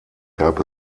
gab